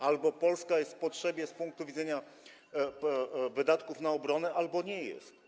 Albo Polska jest w potrzebie z punktu widzenia wydatków na obronę, albo nie jest.